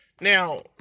Now